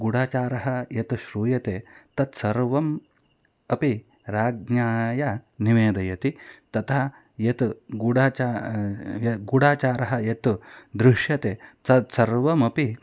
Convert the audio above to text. गूढाचारः यत् श्रूयते तत्सर्वम् अपि राज्ञे निवेदयति तथा यत् गूढाचारः गूडाचारः यत् दृश्यते तत्सर्वमपि